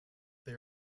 they